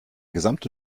gesamte